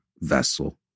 vessel